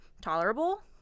tolerable